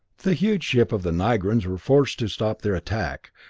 the huge ships of the nigrans were forced to stop their attack,